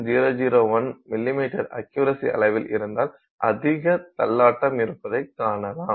001 மிமீ அக்யுரசி அளவில் இருந்தால் அதிக தள்ளாட்டம் இருப்பதை காணலாம்